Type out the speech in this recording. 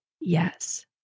yes